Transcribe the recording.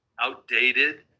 outdated